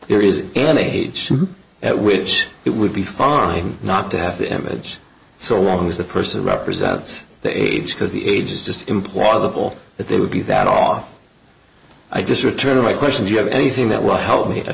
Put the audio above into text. there is any age at which it would be fine not to have the image so long as the person represents the age because the age is just implausible that they would be that off i just return to my question do you have anything that will help me